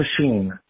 machine